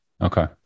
Okay